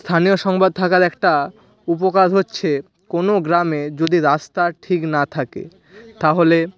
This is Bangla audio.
স্থানীয় সংবাদ থাকার একটা উপকার হচ্ছে কোনো গ্রামে যদি রাস্তা ঠিক না থাকে তাহলে